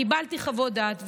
קיבלתי חוות דעת,